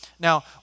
Now